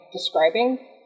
describing